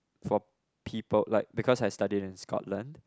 for people like because I studied in Scotland